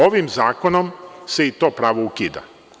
Ovim zakonom se i to pravo ukida.